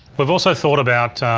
we've also thought about